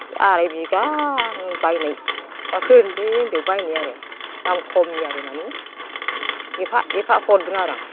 आरायबिगा आं बायनाय फिसाफोर उन्दै उन्दैयाव बायनाय आरो दाम खमनि आरो माने एफा एफा हरदों आरो आं